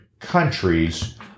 countries